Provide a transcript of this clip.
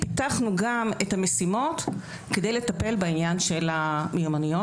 פיתחנו גם את המשימות כדי לטפל בעניין של המיומנויות,